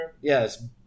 Yes